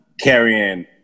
carrying